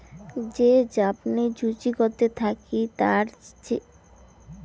যে ঝাপনি জুচিকতে থাকি তার যেই চাষ করাং হই